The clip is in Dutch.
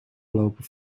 lopen